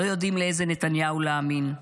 לא יודעת לאיזה נתניהו להאמין,